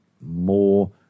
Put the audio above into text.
more